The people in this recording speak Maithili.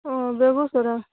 ओ बेगूसराय